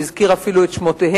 והוא הזכיר אפילו את שמותיהם,